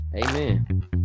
Amen